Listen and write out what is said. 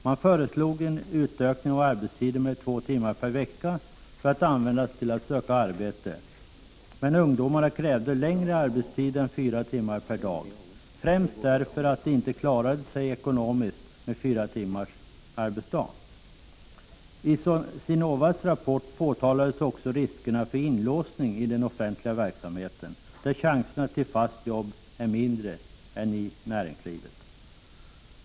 Man föreslog en utökning av arbetstiden med två timmar per vecka, som skulle användas till att söka arbete. Men ungdomarna krävde längre arbetstid än fyra timmar per dag, främst därför att de inte klarade sig ekonomiskt med fyra timmars arbetsdag. I Sinovas rapport påtalades också riskerna för inlåsning i den offentliga verksamheten, där chanserna till fast jobb är mindre än i näringslivet.